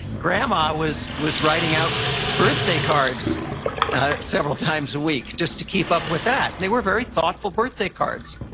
grandma was was writing out birthday cards several times a week just to keep up with that. and they were very thoughtful birthday cards.